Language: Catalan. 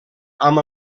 amb